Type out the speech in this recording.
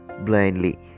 blindly